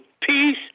peace